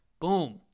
boom